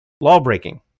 law-breaking